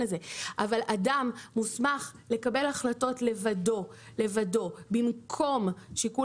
הזה - אדם שמוסמך לקבל החלטות לבדו במקום שיקול